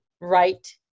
right